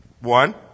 One